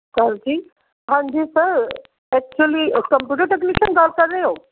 ਕੌਣ ਜੀ ਹਾਂਜੀ ਸਰ ਐਕਚੁਲੀ ਕੰਪਿਊਟਰ ਟੈਕਨੀਸ਼ਅਨ ਗੱਲ ਕਰ ਰਹੇ ਹੋ